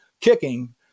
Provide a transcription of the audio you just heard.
kicking